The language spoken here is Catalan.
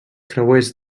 creuers